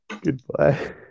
Goodbye